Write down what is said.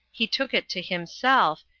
he took it to himself,